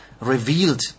revealed